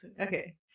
Okay